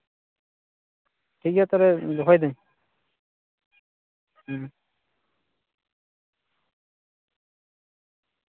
ᱴᱷᱤᱠᱜᱮᱭᱟ ᱛᱟᱦᱞᱮ ᱫᱚᱦᱚᱭᱫᱟᱹᱧ ᱦᱩᱸ